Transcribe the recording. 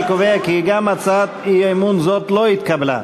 אני קובע כי גם הצעת אי-אמון זאת לא התקבלה.